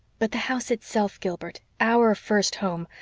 but the house itself, gilbert our first home?